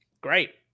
Great